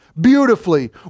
beautifully